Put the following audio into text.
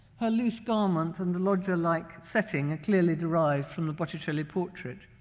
her loose garment and the loggia-like setting are clearly derived from the botticelli portrait.